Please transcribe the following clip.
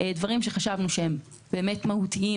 דברים שחשבנו שהם באמת מהותיים,